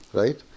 right